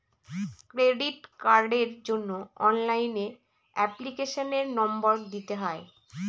credit কার্ডের জন্য অনলাইনে এপ্লিকেশনের নম্বর দিতে হয়